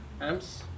amps